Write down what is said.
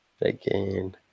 Again